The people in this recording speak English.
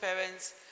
parents